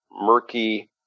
murky